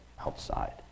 outside